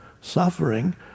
suffering